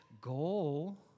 goal